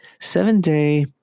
seven-day